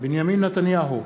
בנימין נתניהו,